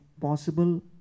possible